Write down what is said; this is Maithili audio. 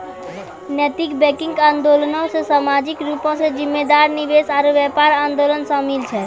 नैतिक बैंकिंग आंदोलनो मे समाजिक रूपो से जिम्मेदार निवेश आरु व्यापार आंदोलन शामिल छै